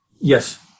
Yes